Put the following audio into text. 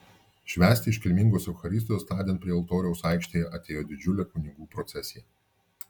švęsti iškilmingos eucharistijos tądien prie altoriaus aikštėje atėjo didžiulė kunigų procesija